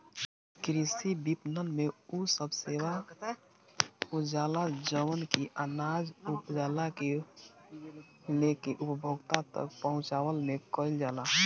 कृषि विपणन में उ सब सेवा आजाला जवन की अनाज उपजला से लेके उपभोक्ता तक पहुंचवला में कईल जाला